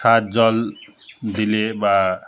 সার জল দিলে বা